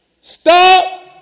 Stop